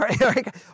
right